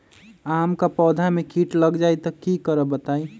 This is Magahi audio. आम क पौधा म कीट लग जई त की करब बताई?